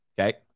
Okay